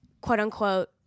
quote-unquote